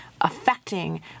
affecting